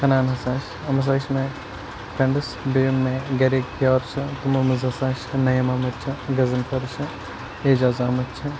حنان ہسا چھِ یِم ہسا چھِ مےٚ فرینٛڈس بیٚیہِ یِم مےٚ گرٕکۍ یار چھِ تِمو منٛز ہسا چھِ نیٖم احمد چھِ غزنفر چھِ اعجاز احمد چھِ